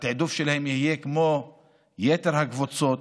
התיעדוף שלהם יהיה כמו של יתר הקבוצות,